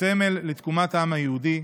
סמל לתקומת העם היהודי,